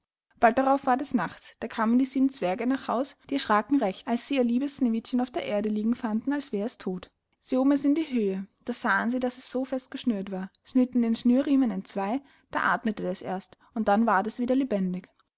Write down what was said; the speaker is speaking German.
bald darauf ward es nacht da kamen die sieben zwerge nach haus die erschracken recht als sie ihr liebes sneewittchen auf der erde liegen fanden als wär es todt sie hoben es in die höhe da sahen sie daß es so fest geschnürt war schnitten den schnürriemen entzwei da athmete es erst und dann ward es wieder lebendig